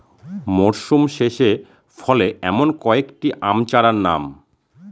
মরশুম শেষে ফলে এমন কয়েক টি আম চারার নাম?